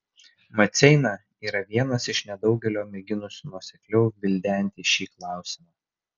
maceina yra vienas iš nedaugelio mėginusių nuosekliau gvildenti šį klausimą